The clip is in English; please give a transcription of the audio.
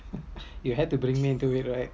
you had to bring me do it right